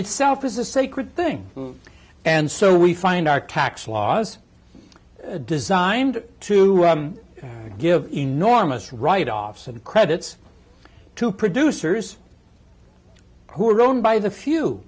itself is a sacred thing and so we find our tax laws designed to give enormous write offs and credits to producers who are owned by the few